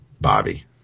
Bobby